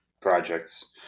projects